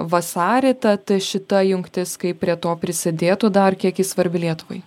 vasarį tad šita jungtis kaip prie to prisidėtų dar kiek ji svarbi lietuvai